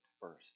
first